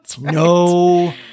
No